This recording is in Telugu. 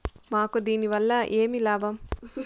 మాకు దీనివల్ల ఏమి లాభం